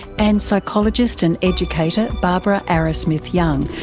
and psychologist and educator barbara arrowsmith young.